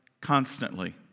constantly